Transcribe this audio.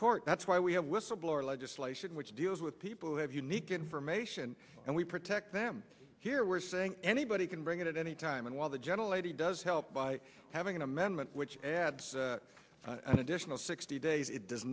court that's why we have whistleblower legislation which deals with people who have unique information and we protect them here we're saying anybody can bring it at any time and while the gentle lady does help by having an amendment which adds an additional sixty days it does